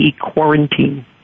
quarantine